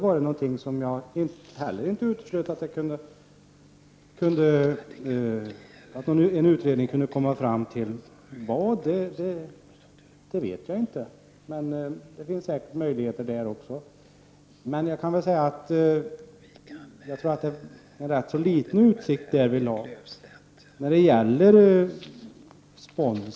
Däremot vet jag inte vilka det skulle vara, men det finns säkert möjligheter även i detta sammanhang. Jag tror emellertid att utsikterna därvidlag är ganska små.